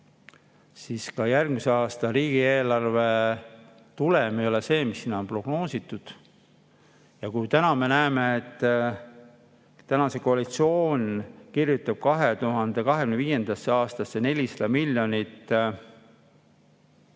siis ka järgmise aasta riigieelarve tulem ei ole see, mis sinna on prognoositud. Ja me näeme, et see koalitsioon kirjutab 2025. aastasse 400 miljonit